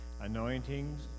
anointings